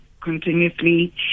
continuously